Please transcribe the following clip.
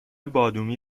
بادامی